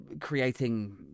creating